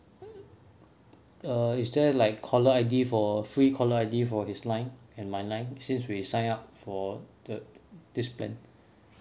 err is there like caller I_D for free caller I_D for his line and my line since we sign up for the this plan